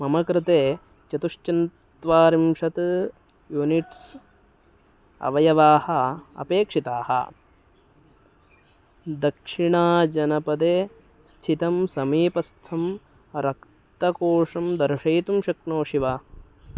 मम कृते चतुश्चन्त्वारिंशत् यूनिट्स् अवयवाः अपेक्षिताः दक्षिणाजनपदे स्थितं समीपस्थं रक्तकोषं दर्शयितुं शक्नोषि वा